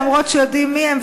אף שיודעים מי הם?